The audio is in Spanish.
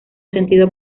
sentido